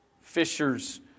fishers